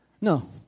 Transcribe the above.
No